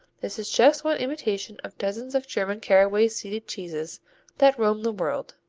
this is just one imitation of dozens of german caraway-seeded cheeses that roam the world.